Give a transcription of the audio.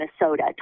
Minnesota